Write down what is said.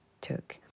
took